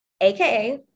aka